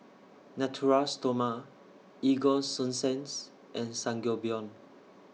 Natura Stoma Ego Sunsense and Sangobion